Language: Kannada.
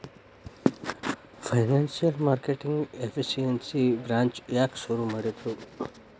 ಫೈನಾನ್ಸಿಯಲ್ ಮಾರ್ಕೆಟಿಂಗ್ ಎಫಿಸಿಯನ್ಸಿ ಬ್ರಾಂಚ್ ಯಾಕ್ ಶುರು ಮಾಡಿದ್ರು?